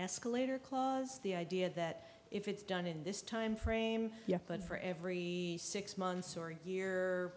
escalator clause the idea that if it's done in this timeframe but for every six months or year